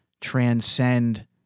transcend